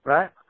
Right